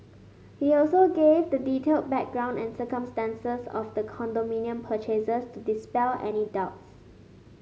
he also gave the detailed background and circumstances of the condominium purchases to dispel any doubts